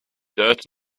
dirt